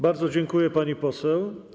Bardzo dziękuję, pani poseł.